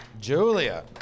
Julia